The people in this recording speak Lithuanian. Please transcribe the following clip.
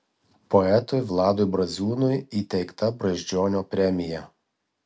poetui vladui braziūnui įteikta brazdžionio premija